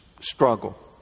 struggle